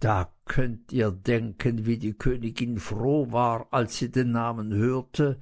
da könnt ihr denken wie die königin froh war als sie den namen hörte